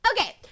Okay